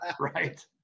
right